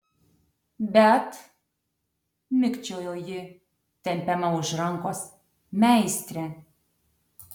bet mikčiojo ji tempiama už rankos meistre